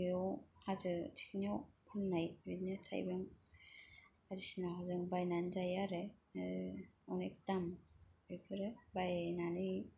बेयाव हाजो थिखिनियाव फाननाय बिदिनो थायबें आरिखौ जों बायनानै जायो आरो ओ अनेक दाम बेफोरो बायनानै